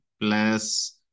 plus